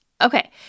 Okay